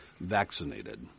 vaccinated